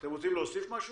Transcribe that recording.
אתם רוצים להוסיף משהו?